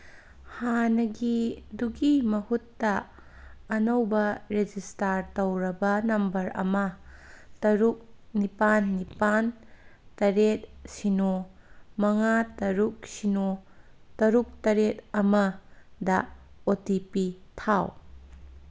ꯍꯥꯟꯅꯒꯤꯗꯨꯒꯤ ꯃꯍꯨꯠꯇ ꯑꯅꯧꯕ ꯔꯦꯖꯤꯁꯇꯥꯔ ꯇꯧꯔꯕ ꯅꯝꯕꯔ ꯑꯃ ꯇꯔꯨꯛ ꯅꯤꯄꯥꯟ ꯅꯤꯄꯥꯟ ꯇꯔꯦꯠ ꯁꯤꯅꯣ ꯃꯉꯥ ꯇꯔꯨꯛ ꯁꯤꯅꯣ ꯇꯔꯨꯛ ꯇꯔꯦꯠ ꯑꯃꯗ ꯑꯣ ꯇꯤ ꯄꯤ ꯊꯥꯎ